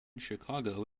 chicago